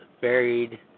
buried